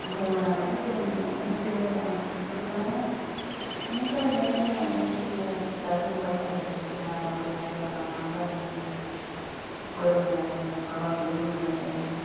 बुङो नालाय जों इयावनो जेनेबा इफोरखोनो इसिनिफ्रायनो रोंनानै जोङो दा रोंबाय आरो बोरमा बेमार जाबा मा जानांगो बोरमायाबो माब्लाबा गुजुनाय जायो